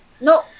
No